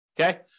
Okay